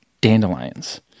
dandelions